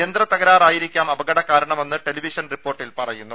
യന്ത്രത്തകരാറായിരിക്കാം അപകട കാരണമെന്ന് ടെലിവിഷൻ റിപ്പോർട്ടിൽ പറയുന്നു